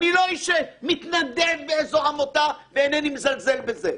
אני לא איש שמתנדב באיזו עמותה ואינני מזלזל בזה.